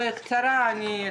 בקצרה.